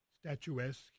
statuesque